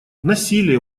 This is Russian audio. насилие